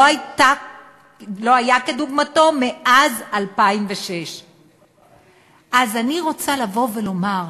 היה כדוגמתו מאז 2006. אז אני רוצה לבוא ולומר: